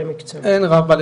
אין רב,